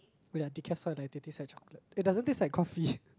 oh ya decaf soy latte taste like chocolate it doesn't taste like coffee